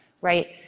right